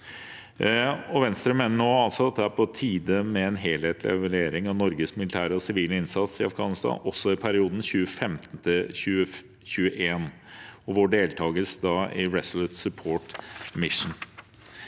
det er på tide med en helhetlig evaluering av Norges militære og sivile innsats i Afghanistan, også i perioden 2015–2021 og vår deltagelse da i Resolute Support Mission.